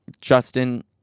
Justin